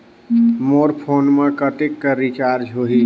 मोर phone मा कतेक कर रिचार्ज हो ही?